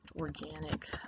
Organic